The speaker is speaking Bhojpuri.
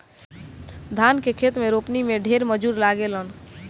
धान के खेत में रोपनी में ढेर मजूर लागेलन